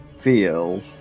feel